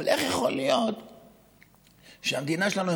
אבל איך יכול להיות שהמדינה שלנו,